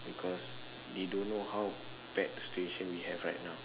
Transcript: because they don't know how bad situation we have right now